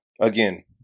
again